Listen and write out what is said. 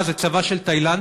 מה זה, צבא של תאילנדים?